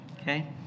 Okay